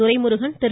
Duraimurugan Thiru